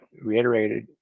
reiterated